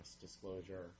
disclosure